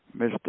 Mr